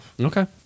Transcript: Okay